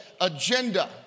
agenda